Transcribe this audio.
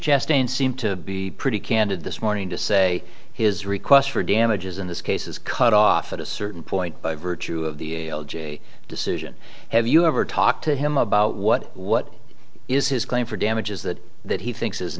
cheston seemed to be pretty candid this morning to say his request for damages in this case is cut off at a certain point by virtue of the a l j decision have you ever talked to him about what what is his claim for damages that that he thinks is